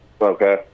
Okay